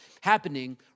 happening